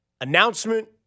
announcement